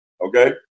okay